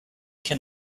can